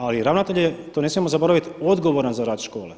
Ali ravnatelj je to ne smijemo zaboraviti odgovoran za rad škole.